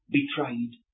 betrayed